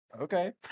okay